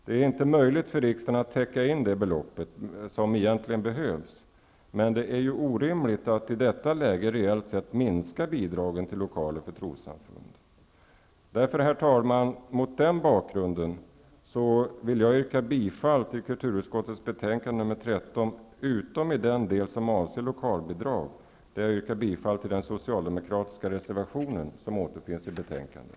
Det är inte möjligt för riksdagen att täcka in de belopp som egentligen behövs, men det är orimligt att i detta läge reellt minska bidragen till lokaler för trossamfunden. Herr talman! Mot denna bakgrund vill jag yrka bifall till hemställan i kulturutskottets betänkande nr 13 utom i den del som avser lokalbidrag, där jag yrkar bifall till den socialdemokratiska reservationen i betänkandet.